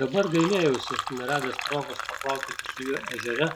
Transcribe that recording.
dabar gailėjausi neradęs progos paplaukioti su juo ežere